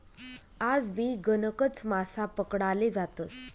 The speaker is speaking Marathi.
आजबी गणकच मासा पकडाले जातस